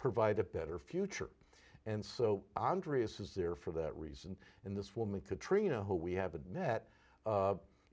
provide a better future and so andrius is there for that reason and this woman katrina who we haven't met